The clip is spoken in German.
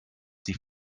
die